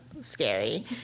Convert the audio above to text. scary